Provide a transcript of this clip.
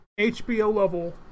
HBO-level